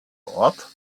ort